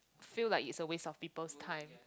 feel like is a waste of people's time